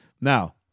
Now